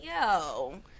yo